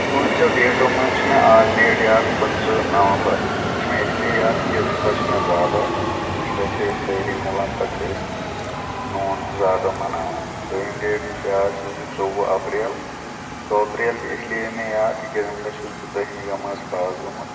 پانٛژیو ڈیٹو منٛز چھِ مےٚ اَکھ ڈیٹ یاد پٕنٛژٕ نَومبر یہِ چھُ مےٚ اِسلیے یاد تِکیٛازِ اَمہِ دۄہ چھِ مےٚ زا دۄہ اَمہِ دۄہ چھِ أسۍ سٲری مِلان پَتہٕ چھِ أسۍ میون زا دۄہ مَناوان دۄیِم ڈیٹ یُس یاد چھُ سُہ چھُ ژوٚوُہ اپریل ژوٚوُہ اپریل چھُ اِس لیے مےٚ یاد تِکیٛازِ اَمہِ دۄہ چھُس بہٕ دٔہمہِ جمٲژ پاس گوٚمُت